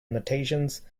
notations